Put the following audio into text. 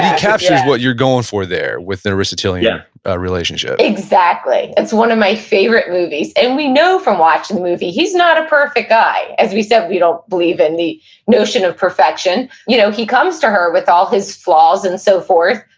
and captures what you're going for there, with an aristotelian yeah ah relationship exactly. it's one of my favorite movies, and we know from watching the movie, he's not a perfect guy. as we said, we don't believe in the notion of perfection. you know, he comes to her with all his flaws and so forth,